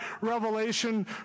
Revelation